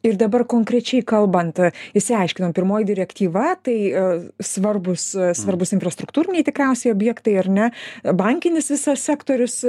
ir dabar konkrečiai kalbant išsiaiškinom pirmoji direktyva tai svarbūs svarbūs infrastruktūriniai tikriausiai objektai ar ne bankinis visas sektorius